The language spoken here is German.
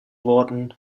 worten